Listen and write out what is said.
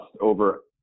over